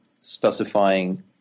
specifying